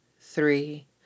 three